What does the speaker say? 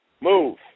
move